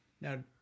Now